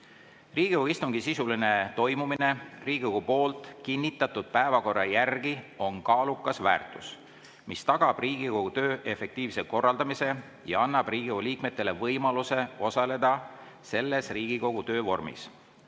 Riigikogu istungi sisuline toimumine Riigikogu poolt kinnitatud päevakorra järgi on kaalukas väärtus, mis tagab Riigikogu töö efektiivse korraldamise ja annab Riigikogu liikmetele võimaluse osaleda selles Riigikogu töö vormis.